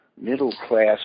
Middle-class